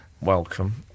welcome